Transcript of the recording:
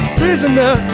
prisoner